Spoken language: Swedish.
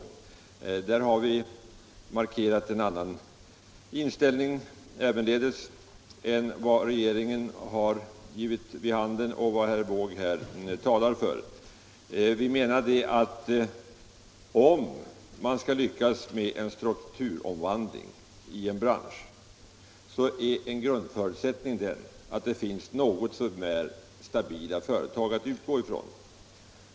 Även där har vi markerat en annan inställning än regeringen, som herr Wååg här talar för. Om man skall lyckas med en strukturomvandling i en bransch är det — menar vi — en grundförutsättning att det finns något så när stabila företag att utgå från.